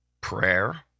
prayer